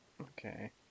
Okay